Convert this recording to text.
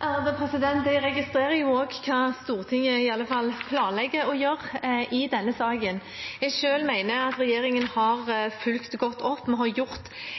Jeg registrerer jo også hva Stortinget iallfall planlegger å gjøre i denne saken. Jeg mener selv at regjeringen har fulgt godt opp. Vi har gjort